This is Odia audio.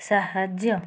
ସାହାଯ୍ୟ